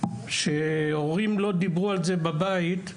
לכך שהורים לא דיברו על זה בבית,